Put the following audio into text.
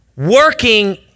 Working